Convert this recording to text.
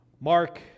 Mark